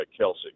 Kelsey